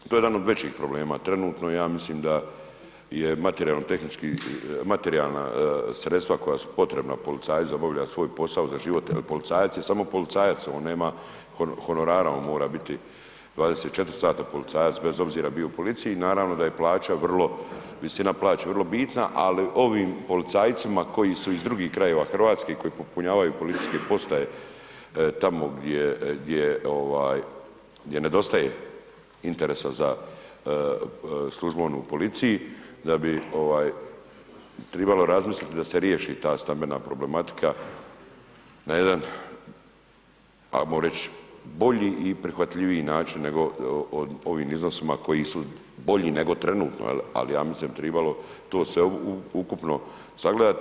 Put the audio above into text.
To je jedan od većih problema trenutno, ja mislim da je materijalno tehnički, materijalna sredstva koja su potreba policajcu da obavlja svoj posao za život, jel policajac je samo policajac, on nema honorara on mora biti 24 sata policajac, bez obzira bio u policiji, naravno da je plaća vrlo, visina plaće vrlo bitna, al ovim policajcima koji su iz drugih krajeva Hrvatske i koji popunjavaju policijske postaje tamo gdje, gdje ovaj gdje nedostaje interesa za službovanje u policiji da bi ovaj tribalo razmisliti da se riješi ta stambena problematika na jedan ajmo reć bolji i prihvatljiviji način nego ovim iznosima koji su bolji nego trenutno jel, al ja mislim da bi tribalo to sveukupno sagledati.